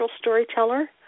storyteller